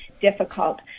difficult